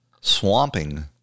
swamping